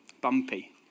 bumpy